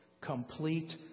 complete